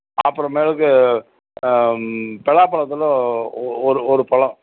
அப்புறமேலுக்கு பலாப் பழத்துல ஒரு ஒரு பழம்